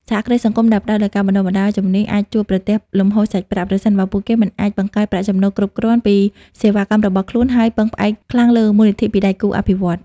សហគ្រាសសង្គមដែលផ្តោតលើការបណ្តុះបណ្តាលជំនាញ អាចជួបបញ្ហាលំហូរសាច់ប្រាក់ ប្រសិនបើពួកគេមិនអាចបង្កើតប្រាក់ចំណូលគ្រប់គ្រាន់ពីសេវាកម្មរបស់ខ្លួន ហើយពឹងផ្អែកខ្លាំងលើមូលនិធិពីដៃគូអភិវឌ្ឍន៍។